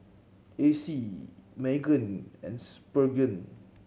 Acey Meggan and Spurgeon